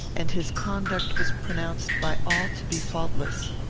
and his conduct was pronounced by all to be faultless.